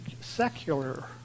secular